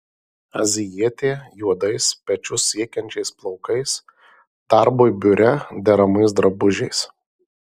azijietė juodais pečius siekiančiais plaukais darbui biure deramais drabužiais